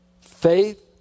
faith